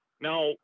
Now